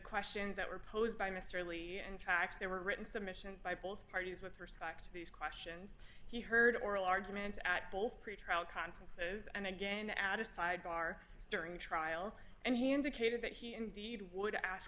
questions that were posed by mr early and tracks there were written submissions by both parties with respect to these questions he heard oral arguments at both pretrial conference oath and again add a side bar during trial and he indicated that he indeed would i ask